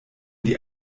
die